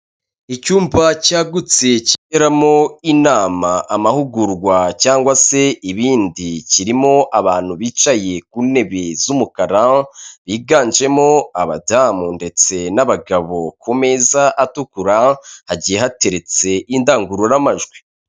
Icyumba cyagutse kimo inama amahugurwa cyangwa se ibindi kirimo abantu bicaye ku ntebe z'umukara, biganjemo abadamu ndetse n'abagabo ku meza atukura hagiye hateretse indangururamajwi.